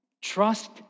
Trust